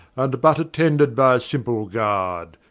and but attended by a simple guard,